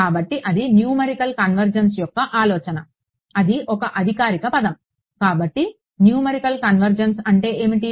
కాబట్టి అది numerical convergence యొక్క ఆలోచన ఇది ఒక అధికారిక పదం కాబట్టి న్యూమెరికల్ కన్వెర్జెన్స్ అంటే ఏమిటి